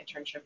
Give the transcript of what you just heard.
internship